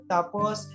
Tapos